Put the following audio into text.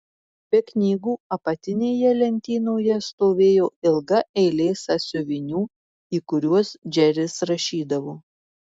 be knygų apatinėje lentynoje stovėjo ilga eilė sąsiuvinių į kuriuos džeris rašydavo